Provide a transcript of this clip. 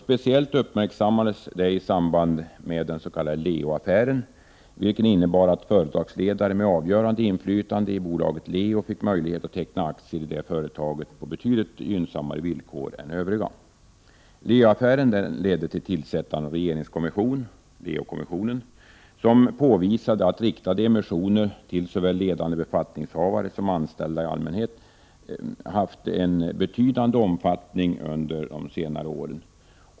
Speciellt uppmärksammades det i samband med den s.k. Leoaffären, vilken innebar att företagsledare med avgörande inflytande i bolaget Leo fick möjlighet att teckna aktier i det företaget på betydligt gynnsammare villkor än övriga. Leoaffären ledde till tillsättande av en regeringskommission, Leokommissionen, som påvisade att riktade emissioner till såväl ledande befattningshavare som anställda i allmänhet haft en betydande omfattning under de senare åren.